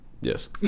Yes